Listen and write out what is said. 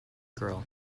girl